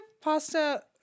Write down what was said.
Pasta